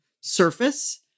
surface